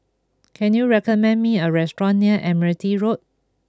can you recommend me a restaurant near Admiralty Road